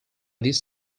this